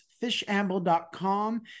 fishamble.com